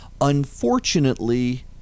Unfortunately